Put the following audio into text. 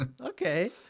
okay